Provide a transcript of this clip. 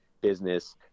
business